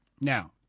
Now